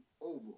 over